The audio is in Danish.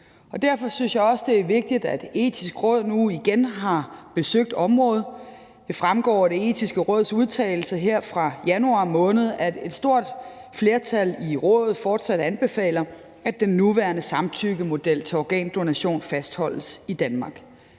Derfor synes jeg også, at det er vigtigt, at Det Etiske Råd nu igen har besøgt området. Det fremgår af Det Etiske Råds udtalelse fra januar måned, at et stort flertal i rådet fortsat anbefaler, at den nuværende samtykkemodel til organdonation fastholdes i Danmark.